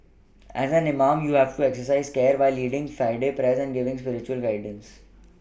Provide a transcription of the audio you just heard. as an imam you have exercise care when leading Friday present giving spiritual guidance